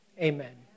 Amen